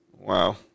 Wow